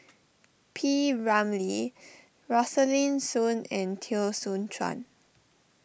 P Ramlee Rosaline Soon and Teo Soon Chuan